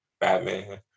Batman